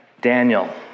Daniel